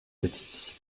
petit